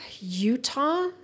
Utah